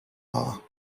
are